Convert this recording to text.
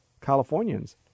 Californians